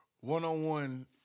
one-on-one